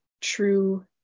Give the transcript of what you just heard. true